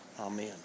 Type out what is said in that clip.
amen